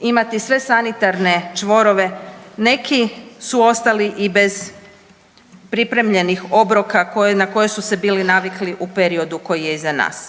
imati sve sanitarne čvorove. Neki su ostali i bez pripremljenih obroka na koje su se bili navikli u periodu koji je iza nas.